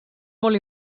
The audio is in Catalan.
molt